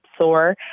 soar